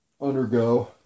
undergo